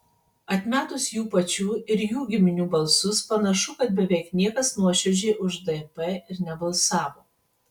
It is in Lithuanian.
atmetus jų pačių ir jų giminių balsus panašu kad beveik niekas nuoširdžiai už dp ir nebalsavo